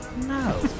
No